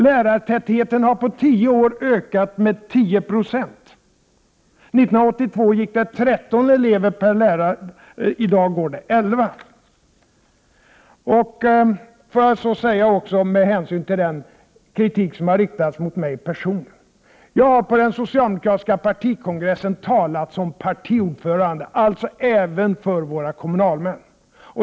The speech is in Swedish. Lärartätheten har på tio år ökat med 10 96. 1982 gick det 13 elever per lärare, i dag går det 11. Får jag så, med hänsyn till den kritik som har riktats mot mig personligen, säga att jag på den socialdemokratiska partikongressen har talat som partiordförande, alltså även för våra kommunalmän.